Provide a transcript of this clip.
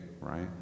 right